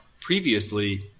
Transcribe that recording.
previously